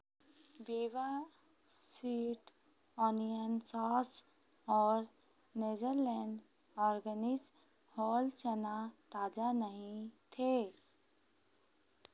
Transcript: Veeba sweet onion sauce और Natureland organics whole चना ताजा नहीं थे